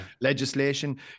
Legislation